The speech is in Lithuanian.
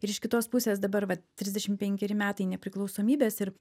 ir iš kitos pusės dabar va trisdešim penkeri metai nepriklausomybės ir